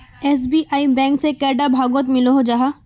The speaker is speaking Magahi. एस.बी.आई बैंक से कैडा भागोत मिलोहो जाहा?